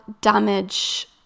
damage